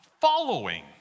following